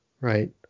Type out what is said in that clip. right